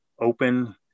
open